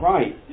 Right